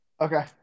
Okay